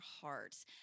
hearts